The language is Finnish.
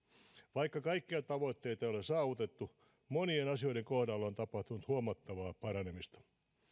vaikka kaikkia tavoitteita ei ole saavutettu monien asioiden kohdalla on tapahtunut huomattavaa paranemista